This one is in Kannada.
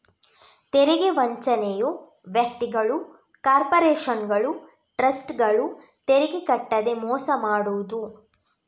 ತೆರಿಗೆ ವಂಚನೆಯು ವ್ಯಕ್ತಿಗಳು, ಕಾರ್ಪೊರೇಷನುಗಳು, ಟ್ರಸ್ಟ್ಗಳು ತೆರಿಗೆ ಕಟ್ಟದೇ ಮೋಸ ಮಾಡುದು